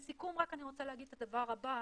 לסיכום, אני רק רוצה להגיד את הדבר הבא.